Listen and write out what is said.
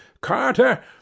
Carter